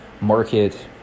market